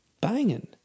Banging